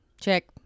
Check